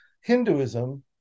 Hinduism